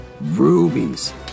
Rubies